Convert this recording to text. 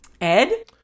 Ed